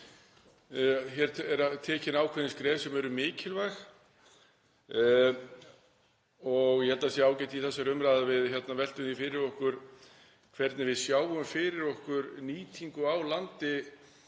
hér eru tekin ákveðin skref sem eru mikilvæg. Ég held að það sé ágætt í þessari umræðu að við veltum því fyrir okkur hvernig við sjáum fyrir okkur nýtingu á landi